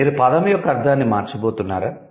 మీరు పదం యొక్క అర్ధాన్ని మార్చబోతున్నారా